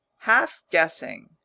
half-guessing